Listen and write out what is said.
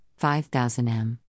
5000m